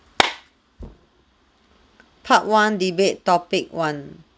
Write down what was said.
part one debate topic one